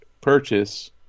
purchase